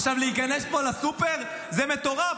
עכשיו, להיכנס פה לסופר זה מטורף.